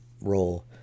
role